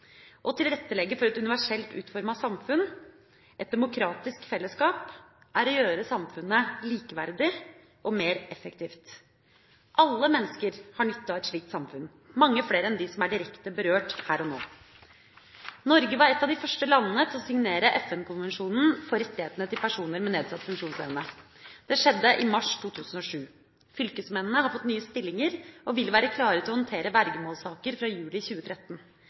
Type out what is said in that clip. Å tilrettelegge for et universelt utformet samfunn, et demokratisk fellesskap, er å gjøre samfunnet likeverdig og mer effektivt. Alle mennesker har nytte av et slikt samfunn – mange flere enn de som er direkte berørt her og nå. Norge var et av de første landene til å signere FN-konvensjonen om rettighetene til mennesker med nedsatt funksjonsevne. Det skjedde i mars 2007. Fylkesmennene har fått nye stillinger og vil være klar til å håndtere vergemålssaker fra juli 2013.